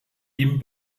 ihm